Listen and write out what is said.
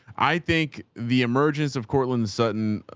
i think the emergence of cortland, the sutton, ah,